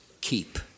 Keep